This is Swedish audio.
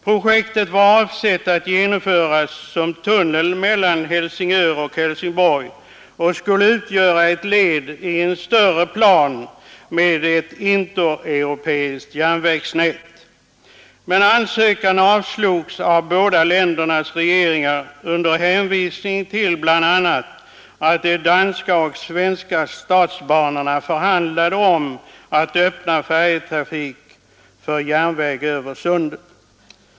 Avsikten var att projektet skulle genomföras som tunnel mellan Helsingör och Helsingborg, och det skulle utgöra ett led i en större plan med ett intereuropeiskt järnvägsnät. Men ansökan avslogs av båda ländernas regeringar under hänvisning till bl.a. att de danska och svenska statsbanorna förhandlade om att öppna färjetrafik för järnväg över Sundet.